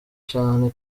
cane